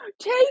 Take